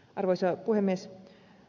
arvoisa puhemies